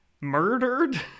murdered